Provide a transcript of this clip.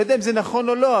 אני לא יודע אם זה נכון או לא,